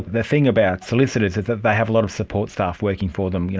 the thing about solicitors is they have a lot of support staff working for them,